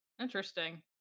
Interesting